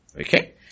Okay